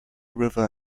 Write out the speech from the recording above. river